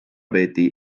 peeti